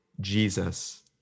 Jesus